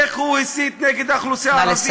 איך הוא הסית נגד האוכלוסייה הערבית,